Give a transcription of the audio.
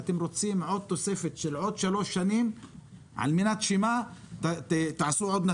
אתם רוצים תוספת של עוד שלוש שנים על מנת שתעשו עוד נתיב?